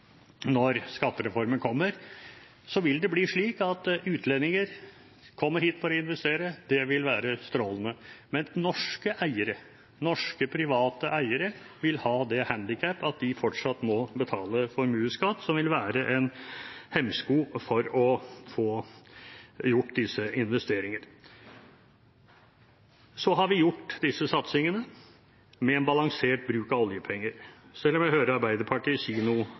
når skattereformen kommer, vil det bli slik at utlendinger kommer hit for å investere – og det vil være strålende – mens norske eiere, norske private eiere, vil ha det handicap at de fortsatt må betale formuesskatt, som vil være en hemsko for å få gjort disse investeringene. Vi har gjort disse satsingene med en balansert bruk av oljepenger, selv om jeg hører Arbeiderpartiet si noe